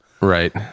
Right